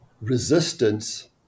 resistance